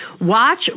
watch